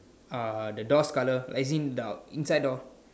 ah the doors colours as in the inside door